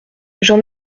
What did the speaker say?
j’en